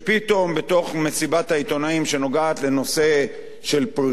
בתוך מסיבת העיתונאים שנוגעת בנושא של פרישה,